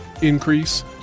Increase